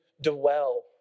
dwell